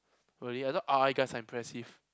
really I thought R_I guys are impressive